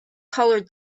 colored